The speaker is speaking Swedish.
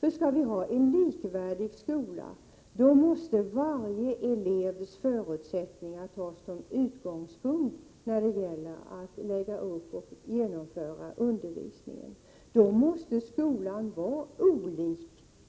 För skall vi ha en likvärdig skola, då måste varje elevs förusättningar tas som utgångspunkt när det gäller att lägga upp och genomföra undervisningen. Då måste skolan vara olika